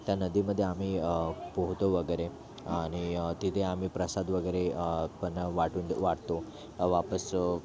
त्या नदीमध्ये आम्ही पोहतो वगैरे आणि तिथे आम्ही प्रसाद वगैरे पण वाटून वाटतो वापस